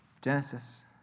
Genesis